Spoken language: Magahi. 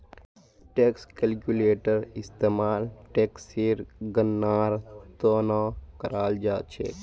टैक्स कैलक्यूलेटर इस्तेमाल टेक्सेर गणनार त न कराल जा छेक